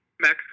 Max